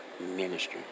ministry